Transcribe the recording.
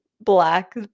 black